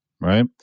right